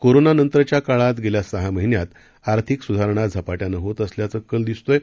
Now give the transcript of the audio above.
कोरोनानंतरच्या काळात गेल्या सहा महिन्यात आर्थिक सुधारणा झपाट्यानं होत असल्याचा कल दिसत आहे